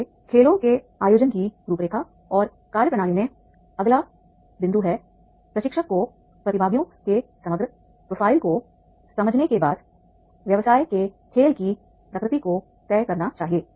इसलिए खेलों के आयोजन की रूपरेखा और कार्यप्रणाली में अगला बिंदु हैप्रशिक्षक को प्रतिभागियों के समग्र प्रोफ़ाइल को समझने के बाद व्यवसाय के खेल की प्रकृति को तय करना चाहिए